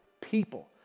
people